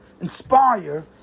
inspire